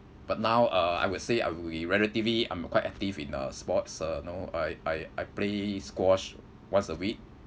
but now uh I will say I we relatively I'm quite active in uh sports uh you know I I I play squash once a week